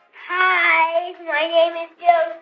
hi. my name is yeah